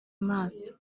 maso